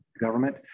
government